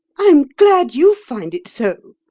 i am glad you find it so!